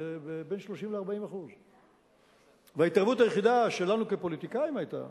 ב30% 40%. וההתערבות היחידה שלנו כפוליטיקאים היתה